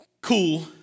cool